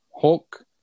hulk